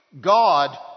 God